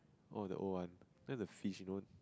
oh the old one then the fish you know